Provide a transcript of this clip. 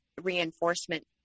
reinforcement